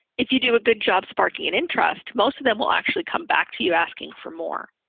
if you do a good job sparking an interest, most of them will actually come back to you asking for more.